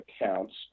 accounts